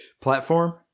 platform